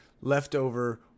leftover